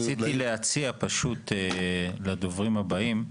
רציתי להציע פשוט לדוברים הבאים,